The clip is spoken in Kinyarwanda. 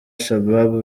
shabab